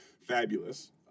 fabulous